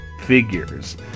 figures